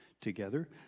together